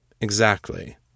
Exactly